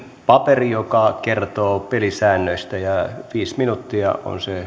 paperi joka kertoo pelisäännöistä ja viisi minuuttia